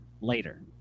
later